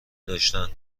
داشتند